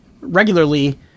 regularly